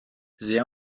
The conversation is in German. sehr